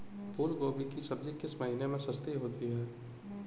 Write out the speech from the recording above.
फूल गोभी की सब्जी किस महीने में सस्ती होती है?